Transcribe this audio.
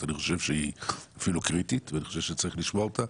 אני חושב שהיא אפילו קריטית ואני חושב שצריך לשמוע אותה